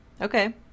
Okay